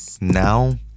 Now